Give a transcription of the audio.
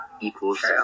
equals